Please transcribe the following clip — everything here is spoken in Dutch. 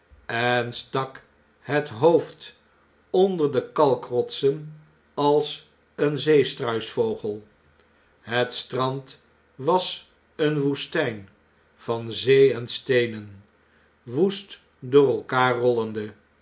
en stak het hoofd onder de kalkrotsen als een zee struisvogel het strand was eene woestijn van zee en steenen woest door elkaar rollende